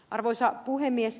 arvoisa puhemies